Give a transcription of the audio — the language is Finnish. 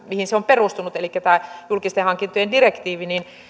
mihin se on perustunut elikkä tämä julkisten hankintojen direktiivi